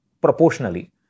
proportionally